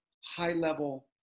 high-level